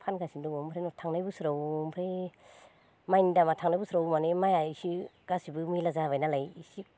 फानगासिनो दङ ओमफ्राय थांनाय बोसोराव ओमफ्राय माइनि दामा थांनाय बोसोराव माने माइया इसे गासैबो मेलला जाबाय नालाय एसे